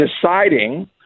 deciding